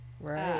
Right